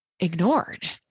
ignored